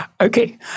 Okay